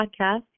podcast